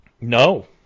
No